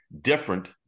different